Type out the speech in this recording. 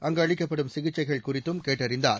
அங்கு அளிக்கப்படும் சிகிச்சைகள் குறித்தும் கேட்டறிந்தார்